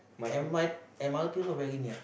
M R m_r_t also very near